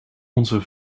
onze